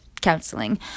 counseling